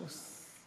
בבקשה.